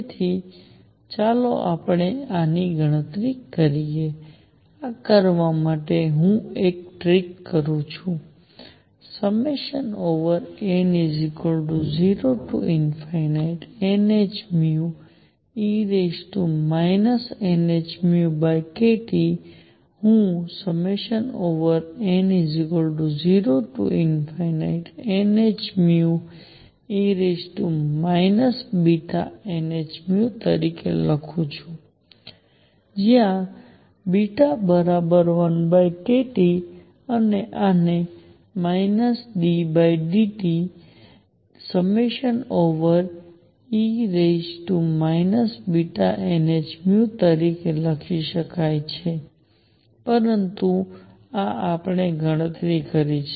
તેથી ચાલો હવે આપણે આ ની ગણતરી કરીએ આ કરવા માટે હું એક ટ્રીક કરું છું n0nhνe nhνkT હું n0nhνe βnhν તરીકે લખું છું જ્યાં β1kT અને આને ddβ∑e βnhν તરીકે લખી શકાય છે પરંતુ આ આપણે ગણતરી કરી છે